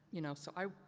you know, so, i,